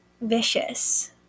vicious